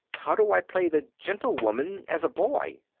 how do i play the gentlewoman as a boy?